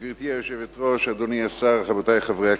גברתי היושבת-ראש, אדוני השר, רבותי חברי הכנסת,